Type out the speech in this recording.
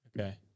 Okay